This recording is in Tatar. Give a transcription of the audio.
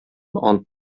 ант